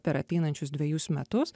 per ateinančius dvejus metus